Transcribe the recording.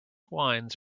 wines